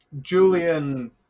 Julian